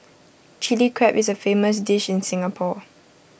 Chilli Crab is A famous dish in Singapore